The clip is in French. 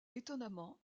étonnamment